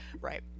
right